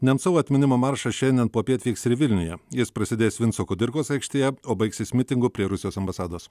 nemcovo atminimo marša šiandien popiet vyks ir vilniuje jis prasidės vinco kudirkos aikštėje o baigsis mitingu prie rusijos ambasados